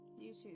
YouTube